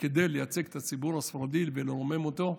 כדי לייצג את הציבור הספרדי ולרומם אותו,